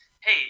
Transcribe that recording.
Hey